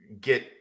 get